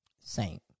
Saint